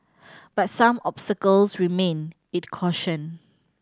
but some obstacles remain it cautioned